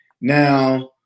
Now